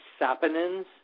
saponins